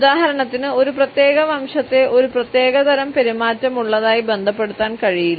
ഉദാഹരണത്തിന് ഒരു പ്രത്യേക വംശത്തെ ഒരു പ്രത്യേക തരം പെരുമാറ്റമുള്ളതായി ബന്ധപ്പെടുത്താൻ കഴിയില്ല